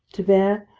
to bear,